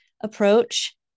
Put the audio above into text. approach